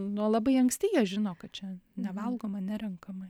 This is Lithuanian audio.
nuo labai anksti jie žino kad čia nevalgoma nerenkama